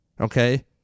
Okay